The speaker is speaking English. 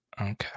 Okay